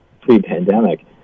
pre-pandemic